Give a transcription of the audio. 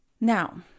Now